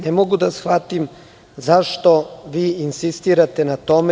Ne mogu da shvatim zašto insistirate na tome?